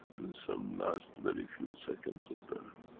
some last very few seconds at birth?